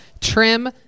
Trim